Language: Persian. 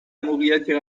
موقعیتی